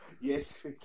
Yes